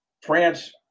France